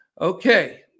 Okay